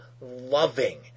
loving